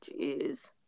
Jeez